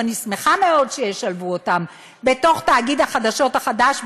ואני שמחה מאוד שישלבו אותם בתוך תאגיד החדשות החדש,